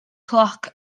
cloc